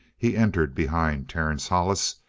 he entered behind terence hollis,